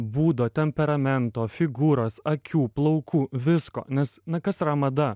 būdo temperamento figūros akių plaukų visko nes na kas yra mada